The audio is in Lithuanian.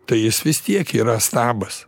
tai jis vis tiek yra stabas